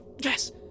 yes